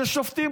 ששופטים,